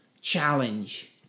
challenge